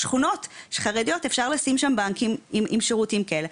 יש שכונות חרדיות שאפשר לשים שם בנקים עם שירותים כאלה.